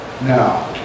now